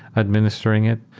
administering it,